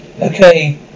Okay